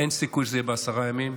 אין סיכוי שזה יהיה בעשרה ימים,